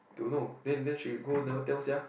don't know then then she go never tell sia